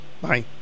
Bye